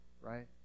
Right